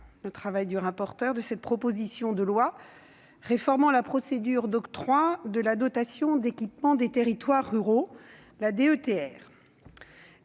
et du rapporteur de cette proposition de loi réformant la procédure d'octroi de la dotation d'équipement des territoires ruraux.